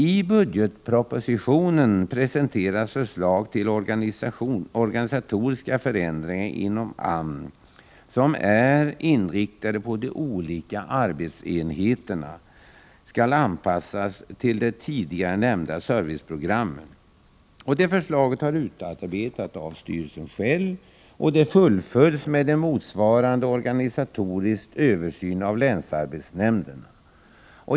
I budgetpropositionen presenteras förslag till organisatoriska förändringar inom AMS, som är inriktade på att de olika arbetsenheterna skall anpassas till det tidigare nämnda serviceprogrammet. Förslaget har utarbetats av styrelsen själv, och det fullföljs med en motsvarande organisatorisk översyn av länsarbetsnämnderna.